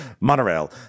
Monorail